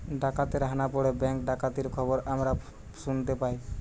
ডাকাতের হানা পড়ে ব্যাঙ্ক ডাকাতির খবর আমরা শুনতে পাই